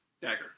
Dagger